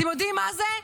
אתם יודעים מה זה?